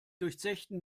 durchzechten